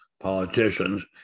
politicians